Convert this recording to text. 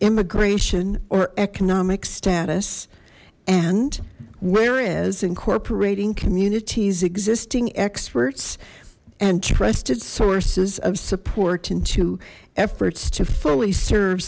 immigration or economic status and whereas incorporating communities existing experts and trusted sources of support into efforts to fully serve